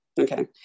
okay